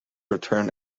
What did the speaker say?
return